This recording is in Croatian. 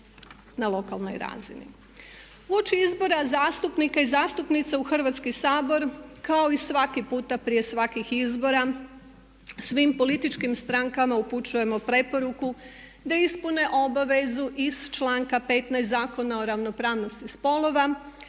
na lokalnoj razini. Uoči izbora zastupnica i zastupnika u Hrvatski sabor kao i svaki puta prije svakih izbora svim političkim strankama upućujemo preporuku da ispune obavezu iz članka 15 Zakona o ravnopravnosti spolova